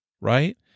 right